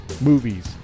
movies